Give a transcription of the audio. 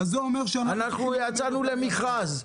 יצאנו למכרז: